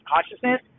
consciousness